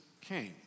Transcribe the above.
came